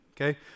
Okay